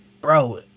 Bro